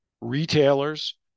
retailers